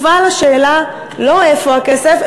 לא תשובה על השאלה איפה הכסף,